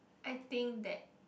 I think that